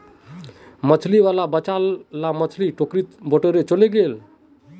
मछली वाला बचाल ला मछली टोकरीत बटोरे चलइ गेले